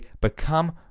become